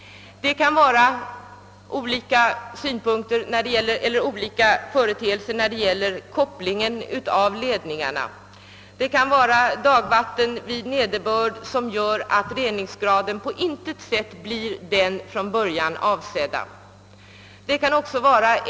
Det kan tänkas att reningsgraden på intet sätt blir den från början avsedda, t.ex. beroende på kopplingen av ledningarna eller på grund av dagvatten vid nederbörd.